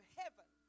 heaven